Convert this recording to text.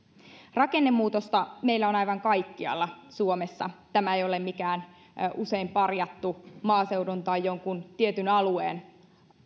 rakennemuutosta meillä on aivan kaikkialla suomessa tämä ei ole mikään usein parjattu maaseudun tai jonkun tietyn alueen